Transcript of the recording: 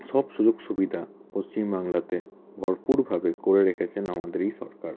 সব সুযোগ সুবিধা পশ্চিম বাংলাতে ভরপুরভাবে করে রেখেছেন আমাদের এই সরকার